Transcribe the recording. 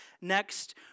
next